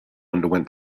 underwent